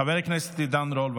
חבר הכנסת עידן רול.